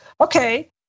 okay